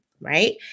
right